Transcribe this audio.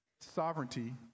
sovereignty